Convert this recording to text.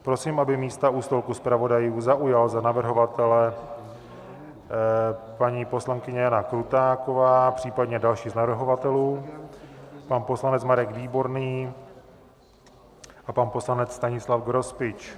Prosím, aby místa u stolku zpravodajů zaujala za navrhovatele paní poslankyně Jana Krutáková, případně další z navrhovatelů, pan poslanec Marek Výborný a pan poslanec Stanislav Grospič.